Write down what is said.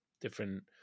different